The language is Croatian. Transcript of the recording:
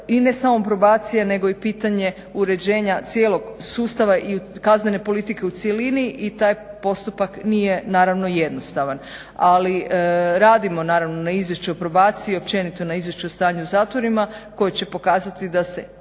i ne samo probacija nego i pitanje uređenja cijelog sustava i kaznene politike u cjelini i taj postupak nije naravno jednostavan. Ali radimo naravno na izvješću o probaciji i općenito na izvješću o stanju u zatvorima koji će pokazati da se